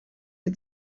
die